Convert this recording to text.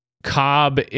Cobb